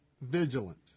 vigilant